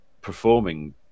performing